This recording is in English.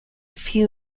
few